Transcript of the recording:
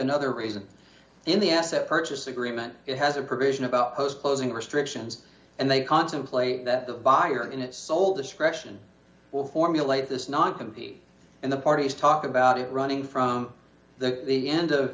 another reason in the asset purchase agreement it has a provision about post closing restrictions and they contemplate that the buyer in its sole discretion will formulate this not compete and the parties talk about it running from the the end of